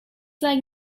like